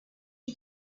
you